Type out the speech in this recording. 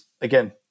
again